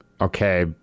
okay